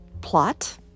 plot